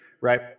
Right